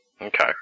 Okay